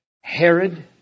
Herod